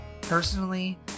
personally